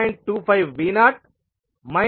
25V0 1